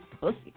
pussy